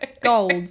Gold